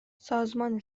سازمان